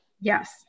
Yes